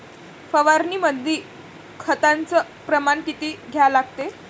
फवारनीमंदी खताचं प्रमान किती घ्या लागते?